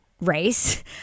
race